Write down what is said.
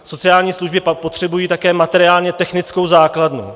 Sociální služby pak potřebují také materiálnětechnickou základnu.